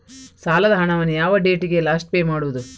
ಸಾಲದ ಹಣವನ್ನು ಯಾವ ಡೇಟಿಗೆ ಲಾಸ್ಟ್ ಪೇ ಮಾಡುವುದು?